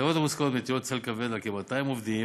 הכתבות המוזכרות מטילות צל כבד על כ-200 עובדים